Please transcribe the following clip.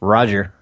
Roger